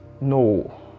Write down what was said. No